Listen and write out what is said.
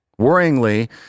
Worryingly